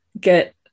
get